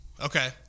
Okay